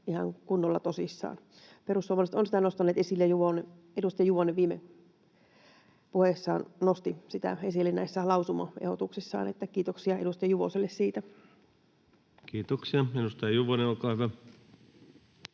ihan kunnolla tosissaan. Perussuomalaiset ovat sitä nostaneet esille, ja edustaja Juvonen viime puheessaan nosti sitä esille lausumaehdotuksissaan. Kiitoksia edustaja Juvoselle siitä. [Speech 132] Speaker: